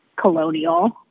colonial